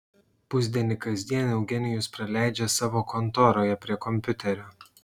pusdienį kasdien eugenijus praleidžia savo kontoroje prie kompiuterio